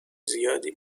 زیادی